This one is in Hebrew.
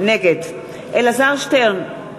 נגד אלעזר שטרן,